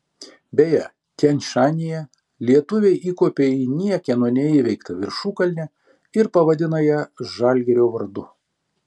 beje tian šanyje lietuviai įkopė į niekieno neįveiktą viršukalnę ir pavadino ją žalgirio vardu